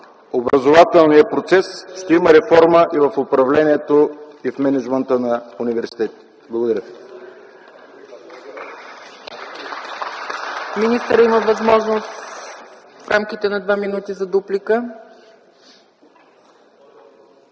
образователния процес ще има реформа и в управлението и мениджмънта на университета.